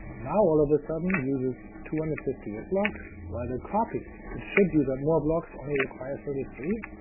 now all of a sudden uses two hundred and fifty eight blocks, while the copy, which should use up more blocks, only requires thirty three?